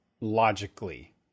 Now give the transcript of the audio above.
logically